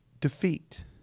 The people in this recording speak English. defeat